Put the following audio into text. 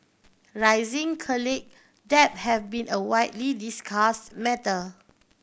rising college debt have been a widely discuss matter